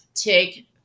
Take